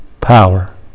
power